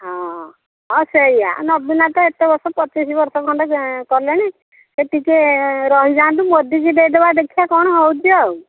ହଁ ହଁ ସେଇଆ ନବୀନ ତ ଏତେ ବର୍ଷ ପଚିଶ ବର୍ଷ ଖଣ୍ଡେ କଲେଣି ସେ ଟିକେ ରହିଯାଆନ୍ତୁ ମୋଦିକି ଦେଇଦେବା ଦେଖିବା କ'ଣ ହେଉଛି ଆଉ